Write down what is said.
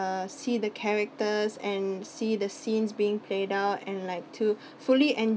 uh see the characters and see the scenes being played out and like to fully